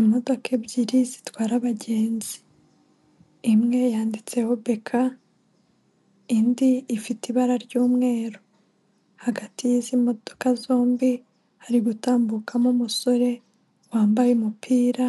Imodoka ebyiri zitwara abagenzi, imwe yanditseho BK indi ifite ibara ry'umweru, hagati y'izi modoka zombi hari gutambukamo umusore wambaye umupira